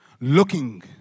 looking